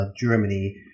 Germany